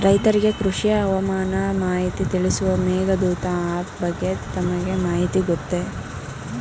ರೈತರಿಗೆ ಕೃಷಿ ಹವಾಮಾನ ಮಾಹಿತಿ ತಿಳಿಸುವ ಮೇಘದೂತ ಆಪ್ ಬಗ್ಗೆ ತಮಗೆ ಮಾಹಿತಿ ಗೊತ್ತೇ?